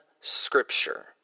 scripture